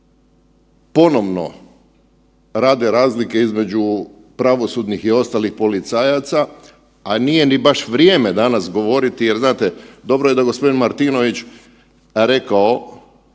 ponovno rade razlike između pravosudnih i ostalih policajaca, a nije ni baš vrijeme danas govoriti jer znate dobro je da g. Martinović rekao,